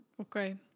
Okay